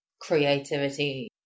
creativity